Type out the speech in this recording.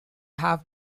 have